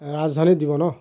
ৰাজধানীত দিব ন